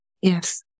Yes